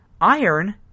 Iron